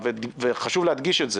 חשוב להדגיש את הזה.